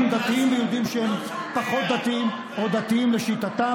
צריך לבוא לידי ביטוי בהסכמה רחבה למתווה שירות,